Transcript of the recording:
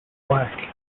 black